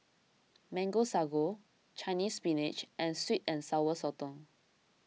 Mango Sago Chinese Spinach and Sweet and Sour Sotong